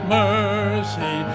mercy